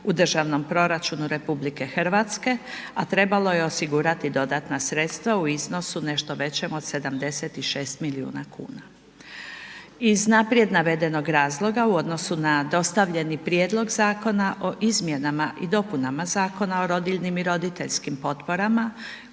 u državnom proračunu RH a trebalo je osigurati dodatna sredstva u iznosu nešto većem od 76 milijuna kuna. Iz naprijed navedenog razloga u odnosu na dostavljeni prijedlog zakona o izmjenama i dopunama Zakona o rodiljnim i roditeljskim potporama